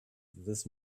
this